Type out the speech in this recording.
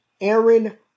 Aaron